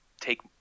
take